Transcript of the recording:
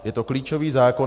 Je to klíčový zákon.